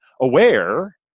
aware